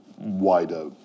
wider